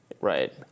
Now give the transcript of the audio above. Right